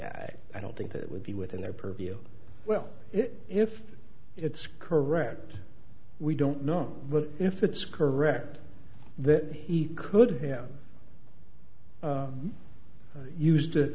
say i don't think that would be within their purview well it if it's correct we don't know if it's correct that he could have used to